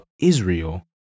Israel